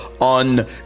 on